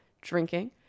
drinking